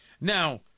Now